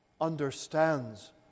understands